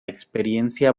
experiencia